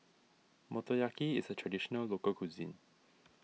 Motoyaki is a Traditional Local Cuisine